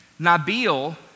Nabil